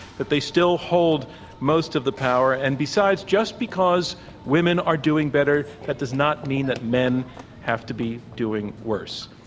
that they still hold most of the power. and besides, just because women are doing better, that does not mean that men have to be doing worse.